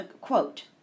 quote